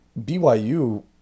BYU